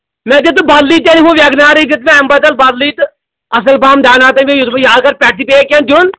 مےٚ دِ تہٕ بَدلٕے تیٚلہِ ہُہ وٮ۪گَن آرٕے دِ تہٕ مےٚ اَمہِ بدل بَدلٕے تہٕ اَصٕل پَہم دیٛاناو تہٕ بہٕ یُتھ بہٕ یہِ اَگر پٮ۪ٹھٕ چھِ بیٚیہِ کیٚنہہ دیُن